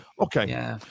Okay